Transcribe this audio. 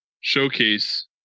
showcase